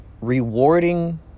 rewarding